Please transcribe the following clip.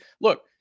look